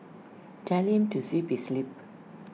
tell him to zip his lip